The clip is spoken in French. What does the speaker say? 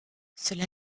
cela